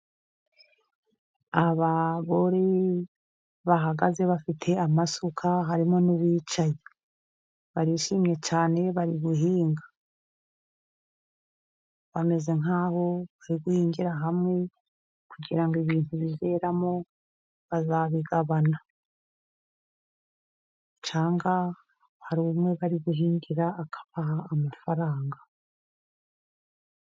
Abagore bahagaze bafite amasuka harimo n'uwicaye. Barishimye cyane bari guhinga. Bameze nk'aho bari guhingira hamwe kugira ngo ibintu bizeramo bazabigabane, cyangwa hari umwe bari guhingira akabaha amafaranga.